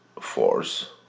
force